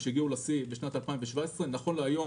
שהגיעו לשיא בשנת 2017. נכון להיום